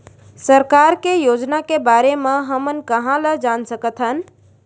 सरकार के योजना के बारे म हमन कहाँ ल जान सकथन?